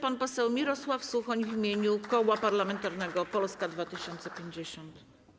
Pan poseł Mirosław Suchoń w imieniu Koła Parlamentarnego Polska 2050.